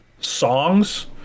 songs